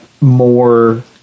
more